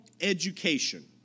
education